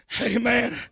Amen